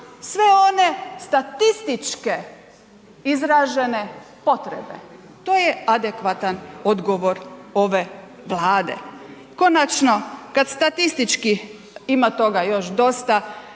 sve one statističke izražene potrebe, to je adekvatan odgovor ove Vlade. Konačno kad statistički, ima toga još dosta,